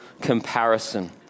comparison